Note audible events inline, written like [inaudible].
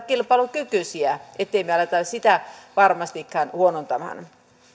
[unintelligible] kilpailukykyisiä emme me ala sitä varmastikaan huonontamaan